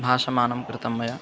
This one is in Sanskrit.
भाषमाणं कृतं मया